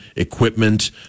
equipment